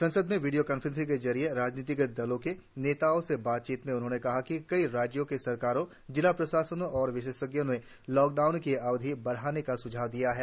संसद में video conference के जरिये राजनीतिक दलों के नेताओं से बातचीत में उन्होंने कहा कि कई राज्यों की सरकारों जिला प्रशासनों और विशेषज्ञों ने लॉकडाउन की अवधि बढ़ाने का सुझाव दिया है